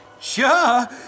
Sure